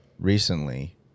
recently